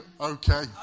okay